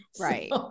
Right